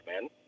man